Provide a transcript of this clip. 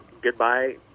goodbye